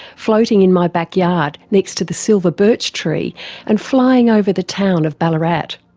floating in my backyard next to the silver birch tree and flying over the town of ballarat.